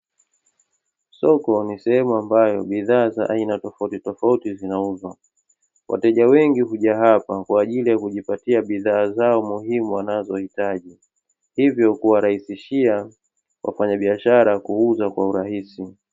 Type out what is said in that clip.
Soko ni sehemu ambayo bidhaa za aina tofauti tofauti zinauzwa wateja wengi huja hapa kujipatia bidhaa zao muhimu wanazohitaji, hivyo kuwarahisishia wafanyabiashara kuuza kwa urahisi.